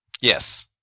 Yes